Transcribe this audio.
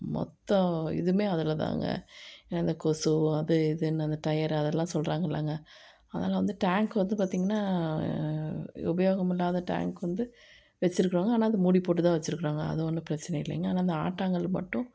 மொத்த இதுவுமே அதுலேதாங்க அந்த கொசு அது இதுன்னு அந்த டயர் அதெல்லாம் சொல்கிறாங்க இல்லைங்க அதெல்லாம் வந்து டேங்க்கு வந்து பார்த்தீங்கன்னா உபயோகமில்லாத டேங்க்கு வந்து வெச்சுருக்குறோங்க ஆனால் அதை மூடி போட்டுதான் வெச்சுருக்குறோங்க அது ஒன்னும் பிரச்சனை இல்லைங்க ஆனால் அந்த ஆட்டாங்கல் மட்டும்